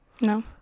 No